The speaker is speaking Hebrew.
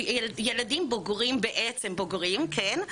ילדים בוגרים בעצם בוגרים כן,